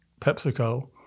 PepsiCo